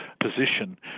position